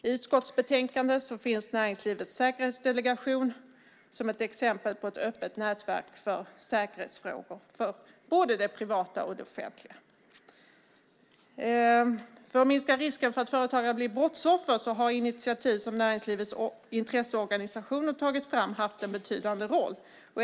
I utskottsbetänkandet nämns Näringslivets säkerhetsdelegation som ett exempel på ett öppet nätverk för säkerhetsfrågor för både det privata och det offentliga. För att minska risken för att företagare blir brottsoffer har initiativ som näringslivets intresseorganisationer har tagit fram haft en betydande roll.